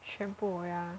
全部 ya